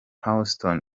houston